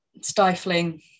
stifling